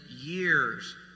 years